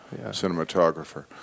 cinematographer